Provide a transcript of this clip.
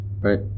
Right